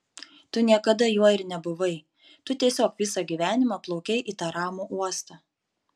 tu niekada juo ir nebuvai tu tiesiog visą gyvenimą plaukei į tą ramų uostą